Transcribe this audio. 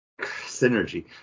Synergy